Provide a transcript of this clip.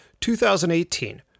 2018